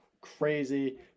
Crazy